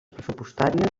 pressupostàries